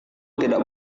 tidak